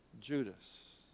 Judas